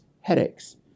headaches